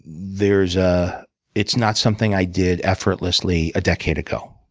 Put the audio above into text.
there's ah it's not something i did effortlessly a decade ago.